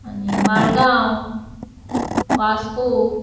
आनी मडगांव वास्को